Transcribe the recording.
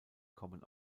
kommen